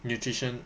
nutrition